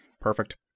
Perfect